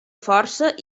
força